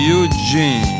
Eugene